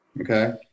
Okay